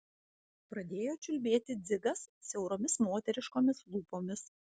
pradėjo čiulbėti dzigas siauromis moteriškomis lūpomis